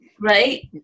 Right